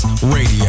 Radio